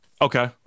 Okay